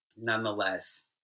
nonetheless